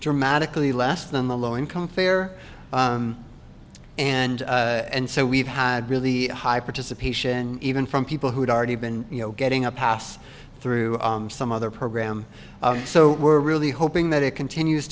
dramatically less than the low income fare and and so we've had really high participation even from people who'd already been you know getting a pass through some other program so we're really hoping that it continues